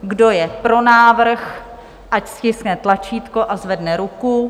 Kdo je pro návrh, ať stiskne tlačítko a zvedne ruku.